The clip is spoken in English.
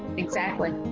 exactly.